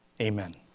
Amen